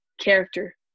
character